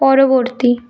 পরবর্তী